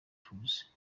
tours